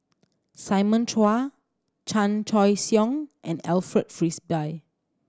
Simon Chua Chan Choy Siong and Alfred Frisby